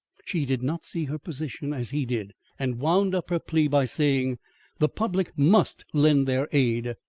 she did not see her position as he did, and wound up her plea by saying the public must lend their aid,